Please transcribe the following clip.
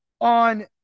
on